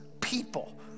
people